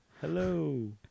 hello